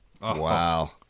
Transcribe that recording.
Wow